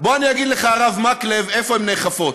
בוא אני אגלה לך משהו: לא רק שהתקנות האלה לא נאכפות,